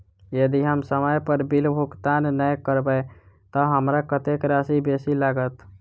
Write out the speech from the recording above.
यदि हम समय पर बिल भुगतान नै करबै तऽ हमरा कत्तेक राशि बेसी लागत?